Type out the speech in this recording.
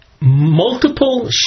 multiple